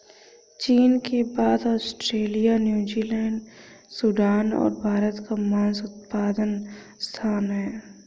चीन के बाद ऑस्ट्रेलिया, न्यूजीलैंड, सूडान और भारत का मांस उत्पादन स्थान है